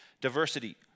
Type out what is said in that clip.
diversity